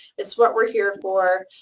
it's what we're here for.